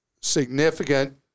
significant